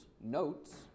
notes